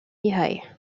mihai